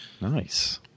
Nice